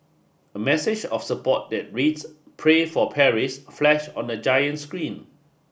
a message of support that reads Pray for Paris flash on the giant screen